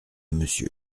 monsieur